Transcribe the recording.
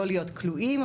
לא להיות כלואים,